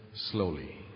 Slowly